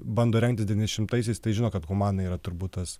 bando rengtis devyniasdešimtaisiais tai žino kad humana yra turbūt tas